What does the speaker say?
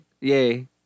Yay